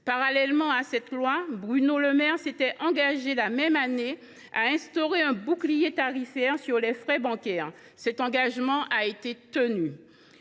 Parallèlement, Bruno Le Maire s’était engagé, la même année, à instaurer un bouclier tarifaire sur les frais bancaires ; cet engagement a été tenu.